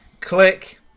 Click